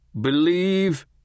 Believe